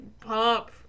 Pop